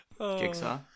Jigsaw